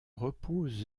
repose